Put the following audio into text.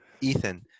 Ethan